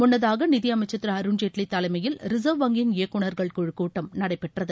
முன்னதாக நிதியமைச்சர் திரு அருண்ஜேட்வி தலைமையில் ரிசர்வ் வங்கியின் இயக்குநர்கள் குழுக் கூட்டம் நடைபெற்றது